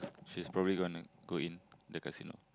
she's probably gonna go in the casino